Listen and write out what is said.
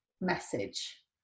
message